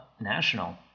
National